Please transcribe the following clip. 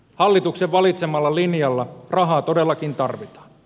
hallituksen valitsemalla linjalla rahaa todellakin tarvitaan